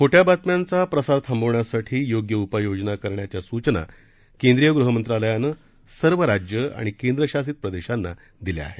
खोट्या बातम्यांचा प्रसार थांबवण्यासाठी योग्य उपाययोजना करण्याच्या सूचना केंद्रीय गृहमंत्रालयानं सर्व राज्यं आणि केंद्रशासित प्रदेशांना दिल्या आहेत